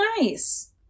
Nice